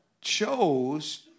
chose